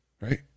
right